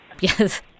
Yes